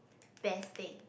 best thing